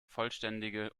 vollständige